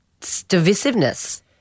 divisiveness